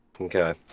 Okay